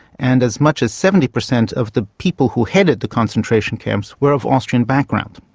and as much as seventy percent of the people who headed the concentration camps were of austrian background.